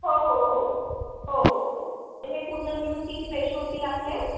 हो हो हो हो हो हो हे पूर्ण मिळून किती पैसे होतील आपले